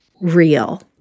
real